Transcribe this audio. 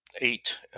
eight